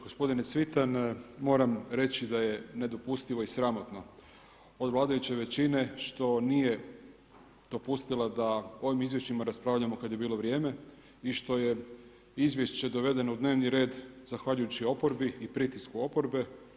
Gospodine Cvitan, moram reći da je nedopustivo i sramotno od vladajuće većine što nije dopustila da ovim izvješćima raspravljamo kad je bilo vrijeme i što je izvješće dovedeno u dnevni red zahvaljujući oporbi i pritisku oporbe.